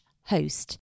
host